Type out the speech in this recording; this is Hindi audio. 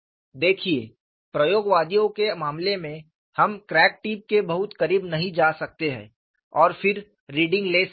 देखिए प्रयोगवादियों के मामले में हम क्रैक टिप के बहुत करीब नहीं जा सकते हैं और फिर रीडिंग ले सकते हैं